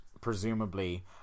presumably